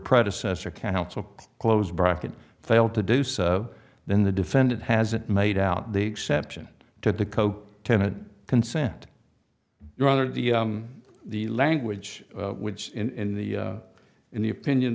predecessor counsel close bracket failed to do so then the defendant hasn't made out the exception to the code tenet consent your honor to the language which in the in the opinion